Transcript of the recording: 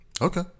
Okay